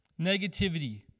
Negativity